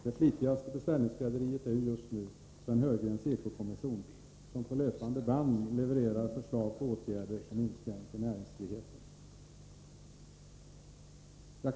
Det flitigaste beställningsskrädderiet är just nu Sven Heurgrens eko-kommission, som på löpande band levererar förslag till åtgärder som inskränker näringsfriheten.